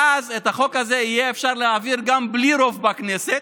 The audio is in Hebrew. ואז את החוק הזה יהיה אפשר להעביר גם בלי רוב בכנסת,